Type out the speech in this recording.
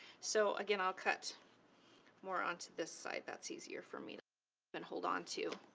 so again, i'll cut more onto this side that's easier for me then hold on to.